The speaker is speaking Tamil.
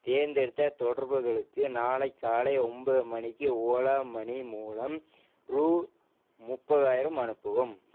தேர்ந்தெடுத்த தொடர்புகளுக்கு நாளை காலை ஒன்பது மணிக்கு ஓலா மனி மூலம் ரூ முப்பதாயிரம் அனுப்பவும்